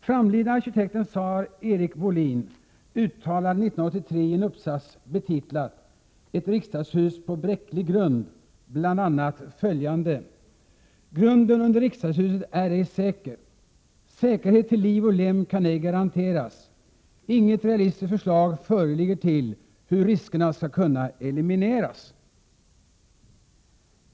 Framlidna arkitekten SAR Erik Wåhlin uttalade 1983 i en uppsats betitlad Ett riksdagshus på bräcklig grund bl.a. ”att grunden under riksdagshuset är ej säker, att säkerhet till liv och lem kan ej garanteras och att inget realistiskt förslag föreligger till hur riskerna skall kunna elimineras”.